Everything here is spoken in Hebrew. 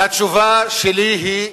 והתשובה שלי היא כזאת: